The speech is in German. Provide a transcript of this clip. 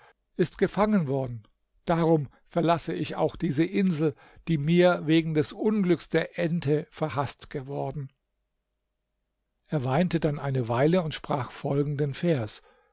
ist gefangen worden darum verlasse ich auch diese insel die mir wegen des unglücks der ente verhaßt geworden er weinte dann eine weile und sprach folgenden vers